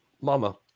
mama